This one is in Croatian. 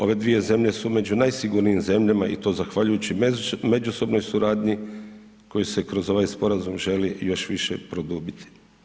Ove dvije zemlje su među najsigurnijim zemljama i to zahvaljujući međusobnoj suradnji koji se kroz ovaj sporazum želi još više produbiti.